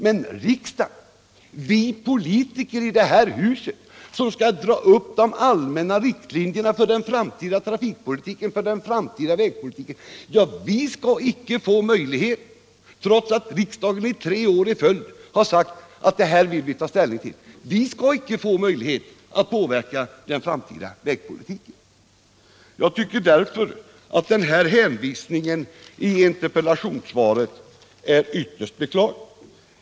Men riksdagen, vi politiker i det här huset, som skall dra upp de allmänna riktlinjerna för den framtida trafikpolitiken, den framtida vägpolitiken — vi skall inte få möjlighet att påverka den framtida vägpolitiken trots att riksdagen i tre år i följd har sagt att det här vill vi ta ställning till. Jag tycker därför att den här hänvisningen i interpellationssvaret är ytterst beklaglig.